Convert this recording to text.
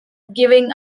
giving